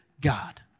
God